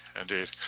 indeed